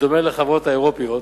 בדומה לחברות האירופיות,